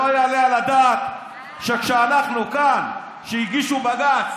לא יעלה על הדעת שכשאנחנו כאן, כשהגישו בג"ץ